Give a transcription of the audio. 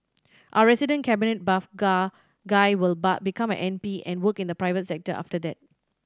our resident cabinet buff guy will become an M P and work in the private sector after that